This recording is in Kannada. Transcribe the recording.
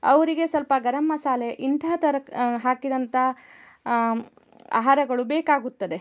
ಅವರಿಗೆ ಸ್ವಲ್ಪ ಗರಮ್ ಮಸಾಲೆ ಇಂತಹ ತರಕ ಹಾಕಿದಂತ ಆಹಾರಗಳು ಬೇಕಾಗುತ್ತದೆ